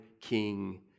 King